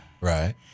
Right